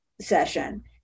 session